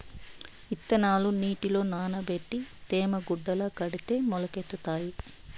ఇత్తనాలు నీటిలో నానబెట్టి తేమ గుడ్డల కడితే మొలకెత్తుతాయి